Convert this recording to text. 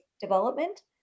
development